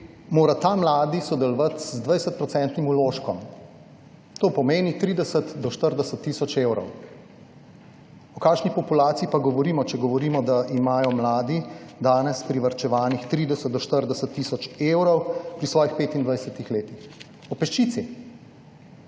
mora ta mladi sodelovati z 20-procentnim vložkom. To pomeni 30 do 40 tisoč evrov. O kakšni populaciji pa govorimo, če govorimo, da imajo mladi danes privarčevanih 30 do 40 tisoč evrov pri svojih 25. letih? O peščici.